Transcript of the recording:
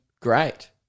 great